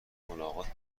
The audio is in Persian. ملاقات